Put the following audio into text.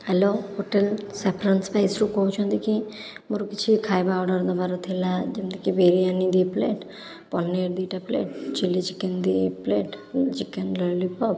hello hotel saffrons ସ୍ପାଇସରୁ କହୁଛନ୍ତି କି ମୋର କିଛି ଖାଇବା ଅର୍ଡ଼ର ଦେବାର ଥିଲା ଯେମିତିକି ବିରିୟାନୀ ଦୁଇ ପ୍ଲେଟ ପନିର ଦୁଇଟା ପ୍ଲେଟ ଚିଲ୍ଲୀ ଚିକେନ ଦୁଇ ପ୍ଲେଟ ଓ ଚିକେନ ଲଲିପପ